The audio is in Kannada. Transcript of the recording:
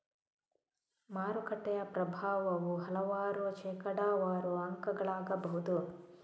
ಮಾರುಕಟ್ಟೆಯ ಪ್ರಭಾವವು ಹಲವಾರು ಶೇಕಡಾವಾರು ಅಂಕಗಳಾಗಬಹುದು